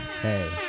hey